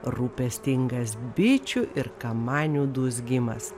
rūpestingas bičių ir kamanių dūzgimas